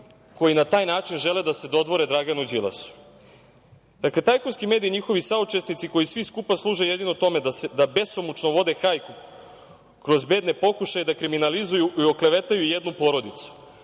koji na taj način žele da se dodvore Draganu Đilasu. Dakle: „Tajkunski mediji, njihovi saučesnici koji svi skupa služe jedino tome da besomučno vode hajku kroz bedne pokušaje da kriminalizuju i oklevetaju jednu porodicu“,